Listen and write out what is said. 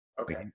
Okay